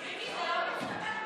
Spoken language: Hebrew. מיקי, זה לא מצטבר?